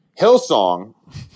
Hillsong